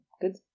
good